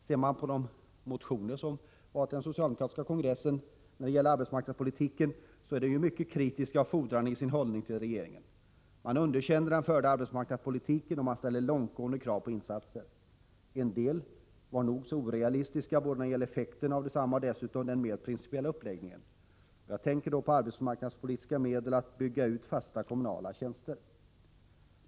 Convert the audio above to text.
Ser man på de motioner om arbetsmarknadspolitiken som väckts i samband med den socialdemokratiska kongressen, finner man att motionärerna är mycket kritiska och fordrande i sin hållning till regeringen. De underkänner den förda arbetsmarknadspolitiken och ställer långtgående krav på insatser. En del krav var nog så orealistiska både när det gäller effekten av desamma och när det gäller den mer principiella uppläggningen. Jag tänker då på möjligheten att med arbetsmarknadspolitiska medel bygga ut fasta kommunala tjänster.